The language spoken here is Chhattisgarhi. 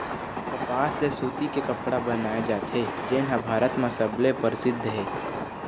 कपसा ले सूती के कपड़ा बनाए जाथे जेन ह भारत म सबले परसिद्ध हे